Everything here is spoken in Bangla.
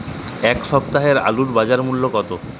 এ সপ্তাহের আলুর বাজার মূল্য কত?